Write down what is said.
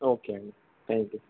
okay అండి thank you